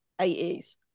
80s